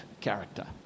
character